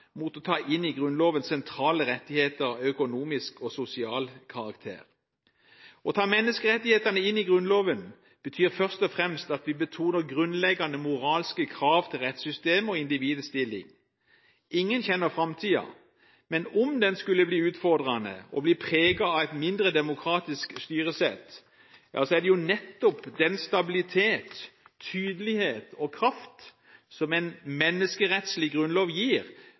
mot å ta inn i Grunnloven sentrale rettigheter av økonomisk og sosial karakter. Å ta menneskerettighetene inn i Grunnloven betyr først og fremst at vi betoner grunnleggende moralske krav til rettssystemet og individets stilling. Ingen kjenner framtiden, men om den skulle bli utfordrende og preget av et mindre demokratisk styresett, er det jo nettopp den stabilitet, tydelighet og kraft som en menneskerettslig grunnlov gir,